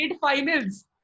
finals